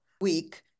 week